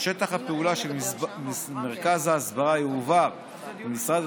שטח הפעולה של מרכז ההסברה יועבר ממשרד